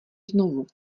znovu